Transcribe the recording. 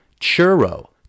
churro